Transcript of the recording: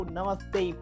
Namaste